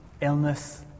illness